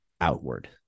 outward